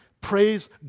praise